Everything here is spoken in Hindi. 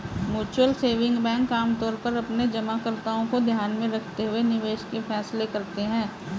म्यूचुअल सेविंग बैंक आमतौर पर अपने जमाकर्ताओं को ध्यान में रखते हुए निवेश के फैसले करते हैं